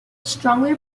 strongly